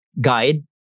guide